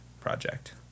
project